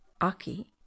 Aki